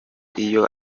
iyo